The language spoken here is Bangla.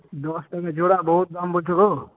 দশ টাকা জোড়া বহুত দাম বলছ গো